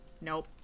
Nope